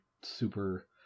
super